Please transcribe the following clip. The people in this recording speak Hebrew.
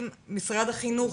משרד החינוך?